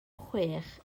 chwech